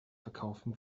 verkaufen